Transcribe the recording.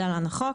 - החוק),